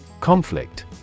Conflict